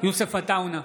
יוסף עטאונה,